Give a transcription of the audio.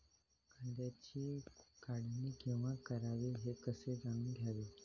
कांद्याची काढणी केव्हा करावी हे कसे जाणून घ्यावे?